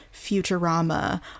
Futurama